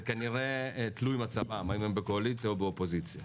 זה כנראה תלוי מצבם: האם הם בקואליציה או באופוזיציה.